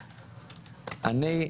אני.